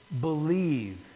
believe